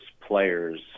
players